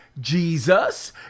Jesus